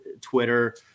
Twitter